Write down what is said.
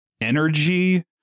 energy